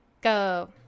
go